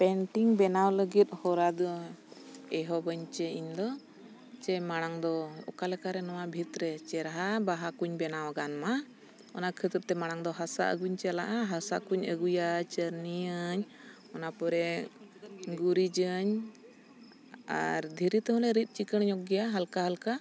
painting ᱵᱮᱱᱟᱣ ᱞᱟᱹᱜᱤᱫ ᱦᱚᱨᱟ ᱫᱚ ᱮᱦᱚᱵᱟᱹᱧ ᱪᱮᱫ ᱤᱧ ᱫᱚ ᱪᱮᱫ ᱢᱟᱲᱟᱝ ᱫᱚ ᱚᱠᱟᱞᱮᱠᱟ ᱨᱮ ᱱᱚᱣᱟ ᱵᱷᱤᱛ ᱨᱮ ᱪᱮᱨᱦᱟ ᱵᱟᱦᱟ ᱠᱚᱧ ᱵᱮᱱᱟᱣ ᱜᱟᱱ ᱢᱟ ᱚᱱᱟ ᱠᱷᱟᱹᱛᱤᱨ ᱛᱮ ᱢᱟᱲᱟᱝ ᱫᱚ ᱦᱟᱥᱟ ᱟᱹᱜᱩᱧ ᱪᱟᱞᱟᱜᱼᱟ ᱦᱟᱥᱟ ᱠᱚᱧ ᱟᱹᱜᱩᱭᱟ ᱪᱟᱹᱨᱱᱤᱭᱟᱹᱧ ᱚᱱᱟ ᱯᱚᱨᱮ ᱜᱩᱨᱤᱡᱟᱹᱧ ᱟᱨ ᱫᱷᱤᱨᱤ ᱛᱮᱦᱚᱸ ᱞᱮ ᱨᱤᱫ ᱪᱤᱠᱟᱹ ᱧᱚᱜ ᱜᱮᱭᱟ ᱦᱟᱞᱠᱟ ᱦᱟᱞᱠᱟ